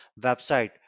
website